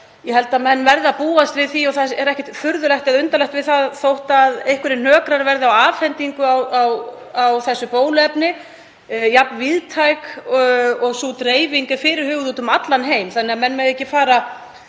ég held að menn verði að búast við því og það er ekkert furðulegt eða undarlegt við það þótt einhverjir hnökrar verði á afhendingu á þessu bóluefni, jafn víðtæk og sú dreifing er fyrirhuguð úti um allan heim. Menn mega ekki missa